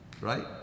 Right